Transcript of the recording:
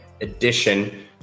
edition